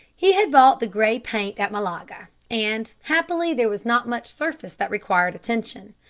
he had bought the grey paint at malaga, and happily there was not much surface that required attention.